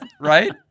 Right